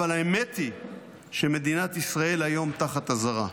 אבל האמת היא שמדינת ישראל היום תחת אזהרה.